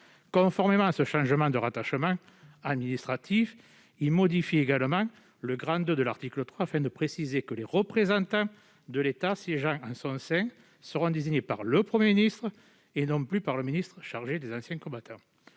Conformément à ce changement de rattachement administratif, il tend également à modifier le II de l'article 3, afin de préciser que les représentants de l'État siégeant au sein de cette commission seront désignés par le Premier ministre, et non plus par le ministre chargé des anciens combattants.